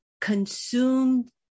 consumed